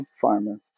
farmer